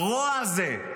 הרוע הזה,